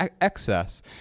excess